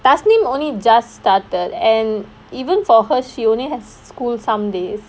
thasneem only just started and even for her she only has school some days